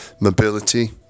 mobility